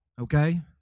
okay